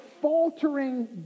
faltering